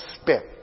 spit